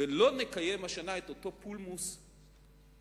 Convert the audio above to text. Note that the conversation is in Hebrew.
ולא נקיים השנה את אותו פולמוס תגרני,